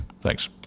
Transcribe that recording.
thanks